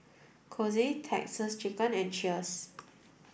Kose Texas Chicken and Cheers